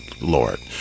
Lord